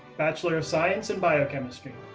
bachelor of science in biochemistry.